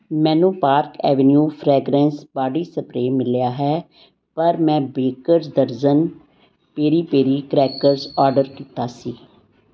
ਮੈਨੂੰ Park Avenue fragrance body spray ਮਿਲਿਆ ਹੈ ਪਰ ਮੈਂ ਬੇਕਰਜ਼ ਦਰਜਨ ਪੇਰੀ ਪੇਰੀ ਕ੍ਰੈਕਰਸ ਆਰਡਰ ਕੀਤਾ ਸੀ